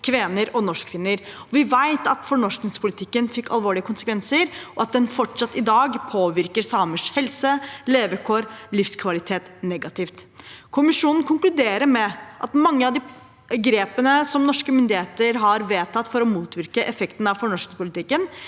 kvener og norskfinner. Vi vet at fornorskingspolitikken fikk alvorlige konsekvenser, og at den fortsatt i dag påvirker samers helse, levekår og livskvalitet negativt. Kommisjonen konkluderer med at mange av de grepene som norske myndigheter har vedtatt for å motvirke effekten av fornorskningspolitikken,